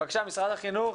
בבקשה, משרד החינוך.